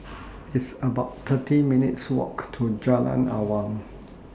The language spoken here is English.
It's about thirty minutes' Walk to Jalan Awang